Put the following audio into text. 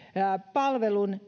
palvelun